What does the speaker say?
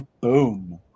boom